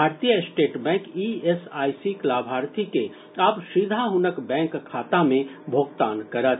भारतीय state bank ईएसआईसीक लाभार्थी के आब सीधा हुनक बैंक खाता मे भोगतान करत